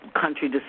country